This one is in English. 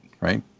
right